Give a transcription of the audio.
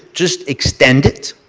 just extend it.